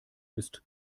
ist